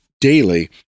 daily